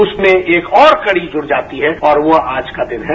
उसमें एक और कड़ी जुड़ जाती है और वह आज का दिन है